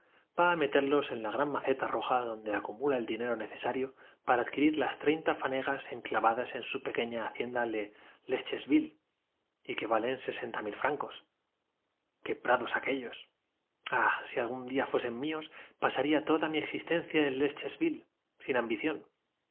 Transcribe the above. va a meterlos en la gran maceta roja donde acu fin por efecto de una fatal disposición de ánimo es lo cierto ue lrósmula el dinero necesario para adquirir las treinta fanegas enclavadas pero estaba desvelado y que sus pensamientos tomaron insensiblemente en su pequeña hacienda de lescheville y que valen sesenta mil fran mal camino el joven pensó exclusivamente en los cien mil francos cos qué prados aquellos ah si algún día fuesen míos pasaría toda sobre que dormía el comerciante y que para él con stituían una fortuna mi existencia en lescheville sin ambición